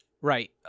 Right